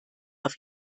auf